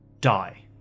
die